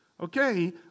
Okay